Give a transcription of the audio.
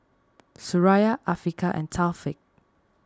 Suraya Afiqah and Taufik